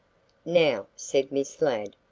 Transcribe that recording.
now, said miss ladd,